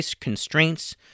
constraints